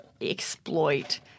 exploit